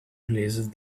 release